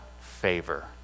favor